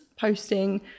posting